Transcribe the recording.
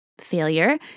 failure